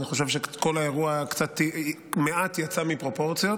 אני חושב שכל האירוע מעט יצא מפרופורציות,